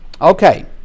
Okay